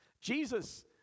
Jesus